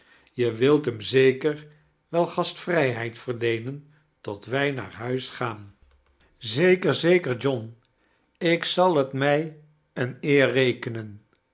je wilt hem zeker wel gastvrijheid verleenen tot wij naar huis gaan kerstvertellingen zekea zeker john ik zal het mij eene eer rekenen